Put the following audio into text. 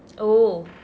oh